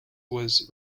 was